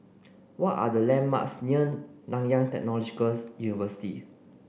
what are the landmarks near Nanyang Technological University